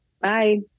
Bye